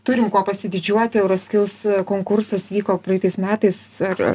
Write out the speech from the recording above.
turim kuo pasididžiuoti euroskills konkursas vyko praeitais metais ar